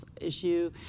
issue